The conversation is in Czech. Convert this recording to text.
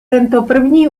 první